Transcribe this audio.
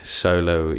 solo